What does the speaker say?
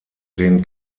den